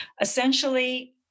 essentially